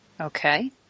Okay